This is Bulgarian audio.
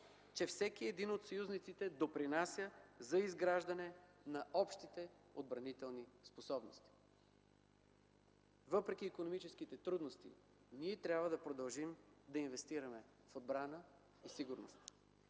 че всеки един от съюзниците допринася за изграждане на общите отбранителни способности. Въпреки икономическите трудности ние трябва да продължим да инвестираме в отбрана и сигурност.